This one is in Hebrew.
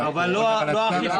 אבל לא האכיפה.